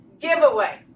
giveaway